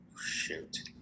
Shoot